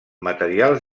materials